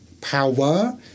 power